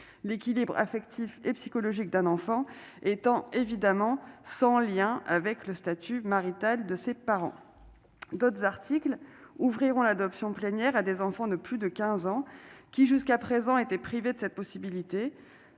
l'équilibre affectif et psychologique d'un enfant étant évidemment sans lien avec statut marital de ses parents. D'autres articles ouvrent l'adoption plénière à des enfants de plus de 15 ans, qui étaient privés jusqu'à présent de cette possibilité.